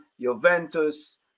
Juventus